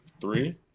Three